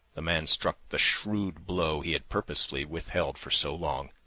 the man struck the shrewd blow he had purposely withheld for so long,